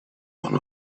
one